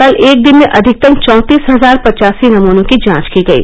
कल एक दिन में अधिकतम चौंतीस हजार पचासी नमूनों की जांच की गयी